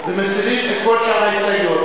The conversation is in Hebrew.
ומסירים את כל שאר ההסתייגויות.